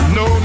no